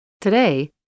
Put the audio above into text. Today